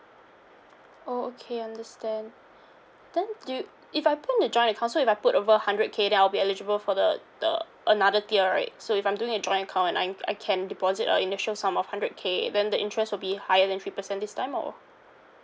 oh okay understand then do you if I put in the joint account so if I put over hundred K then I'll be eligible for the uh another tier right so if I'm doing a joint account and I I can deposit a initial sum of hundred K then the interest will be higher than three percent this time or